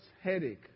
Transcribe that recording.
headache